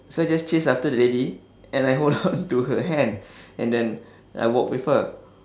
so I just chase after the lady and I hold on to her hand and then I walk with her